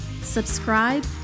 subscribe